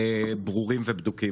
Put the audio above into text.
בביטחון,